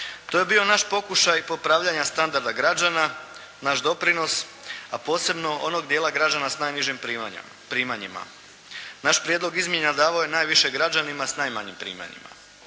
To je bio naš pokušaj popravljanja standarda građana, naš doprinos, a posebno onog dijela građana s najnižim primanjima. Naš prijedlog izmjena davao je najviše građanima s najmanjim primanjima.